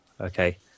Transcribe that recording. Okay